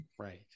Right